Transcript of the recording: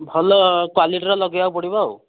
ଭଲ କ୍ୱାଲିଟିର ଲଗାଇବାକୁ ପଡ଼ିବ ଆଉ